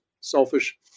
selfish